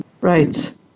right